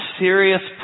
serious